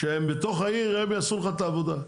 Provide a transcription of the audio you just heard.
כשהם בתוך העיר הם יעשו לך את העבודה.